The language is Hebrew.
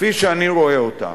כפי שאני רואה אותה.